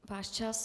Váš čas!